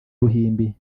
ruhimbi